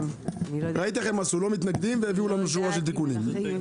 ראית לא מתנגדים אבל העבירו לנו שורת תיקונים.